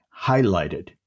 highlighted